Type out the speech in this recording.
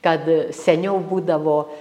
kad seniau būdavo